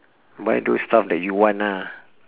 buy those stuff that you want ah